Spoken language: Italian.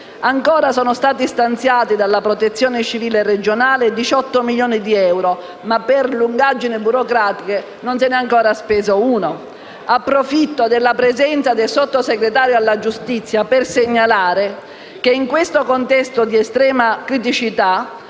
Ancora, sono stati stanziati dalla Protezione civile regionale 18 milioni di euro, ma per lungaggini burocratiche non se ne è ancora speso uno. Approfitto della presenza del Sottosegretario alla giustizia per segnalare che in questo contesto di estrema criticità,